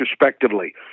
respectively